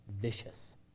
vicious